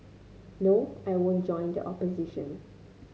no I won't join the opposition